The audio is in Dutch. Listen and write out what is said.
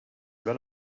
wel